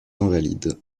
invalides